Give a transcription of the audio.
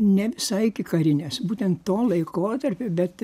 ne visai ikikarinės būtent to laikotarpio bet